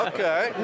Okay